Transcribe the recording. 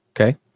Okay